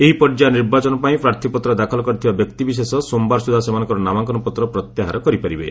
ଏହି ପର୍ଯ୍ୟାୟ ନିର୍ବାଚନ ପାଇଁ ପ୍ରାର୍ଥୀପତ୍ର ଦାପଲ କରିଥିବା ବ୍ୟକ୍ତି ବିଶେଷ ସୋମବାର ସୁଦ୍ଧା ସେମାନଙ୍କର ନାମାଙ୍କନପତ୍ର ପ୍ରତ୍ୟାହାର କରିପାରିବେ